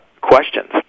questions